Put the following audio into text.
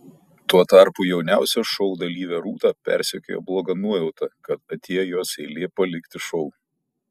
tuo tarpu jauniausią šou dalyvę rūtą persekioja bloga nuojauta kad atėjo jos eilė palikti šou